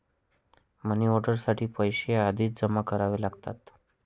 money order साठी पैसे आधीच जमा करावे लागतात